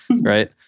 right